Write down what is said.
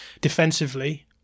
defensively